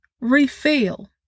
refill